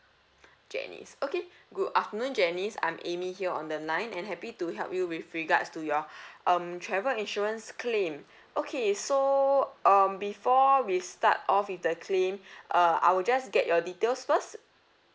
janice okay good afternoon janice I'm amy here on the line and happy to help you with regards to your um travel insurance claim okay so um before we start off with the claim uh I will just get your details first